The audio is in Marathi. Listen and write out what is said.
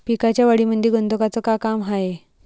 पिकाच्या वाढीमंदी गंधकाचं का काम हाये?